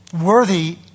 Worthy